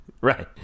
Right